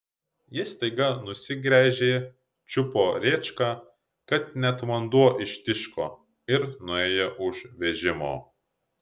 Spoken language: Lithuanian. ji staiga nusigręžė čiupo rėčką kad net vanduo ištiško ir nuėjo už vežimo